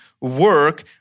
work